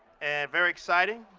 and very exciting.